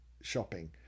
shopping